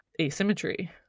asymmetry